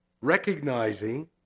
recognizing